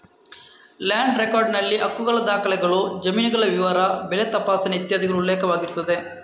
land record ನಲ್ಲಿ ಹಕ್ಕುಗಳ ದಾಖಲೆಗಳು, ಜಮೀನುಗಳ ವಿವರ, ಬೆಳೆ ತಪಾಸಣೆ ಇತ್ಯಾದಿಗಳು ಉಲ್ಲೇಖವಾಗಿರುತ್ತದೆ